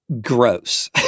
gross